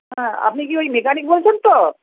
হ্যাঁ আপনি কি ওই মেকানিক বলছেন তো